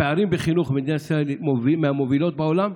הפערים בחינוך במדינת ישראל הם מהגדולים בעולם,